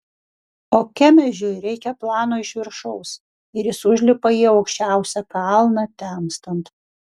o kemežiui reikia plano iš viršaus ir jis užlipa į aukščiausią kalną temstant